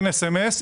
אין סמס,